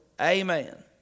Amen